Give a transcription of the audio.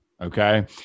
Okay